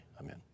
Amen